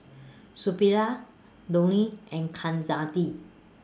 Suppiah Dhoni and